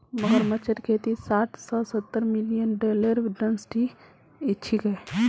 मगरमच्छेर खेती साठ स सत्तर मिलियन डॉलरेर इंडस्ट्री छिके